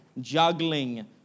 juggling